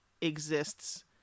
exists